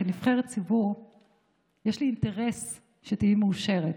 כנבחרת ציבור יש לי אינטרס שתהיי מאושרת